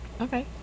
Okay